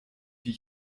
die